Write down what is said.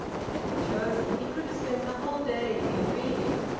had he chosen he could have spent the whole day in reading,